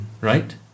right